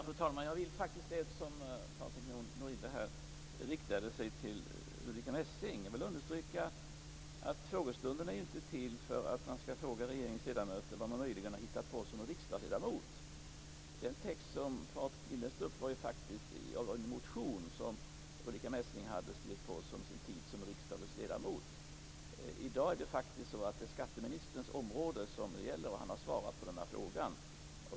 Fru talman! Eftersom Patrik Norinder i denna fråga riktade sig till Ulrica Messing vill jag understryka att frågestunderna inte är till för att fråga regeringsledamöter om vad de möjligen hittade på som riksdagsledamöter. Den text som Patrik Norinder läste upp är en text i en motion som Ulrica Messing under sin tid som riksdagsledamot skrev under. Här är det faktiskt skatteministerns område det gäller, och han har svarat på frågan.